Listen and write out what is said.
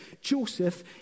Joseph